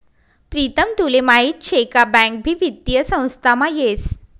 प्रीतम तुले माहीत शे का बँक भी वित्तीय संस्थामा येस